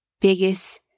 biggest